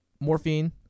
morphine